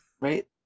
Right